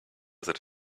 that